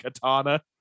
Katana